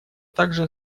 также